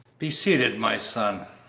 be seated, my son.